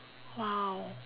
!wow!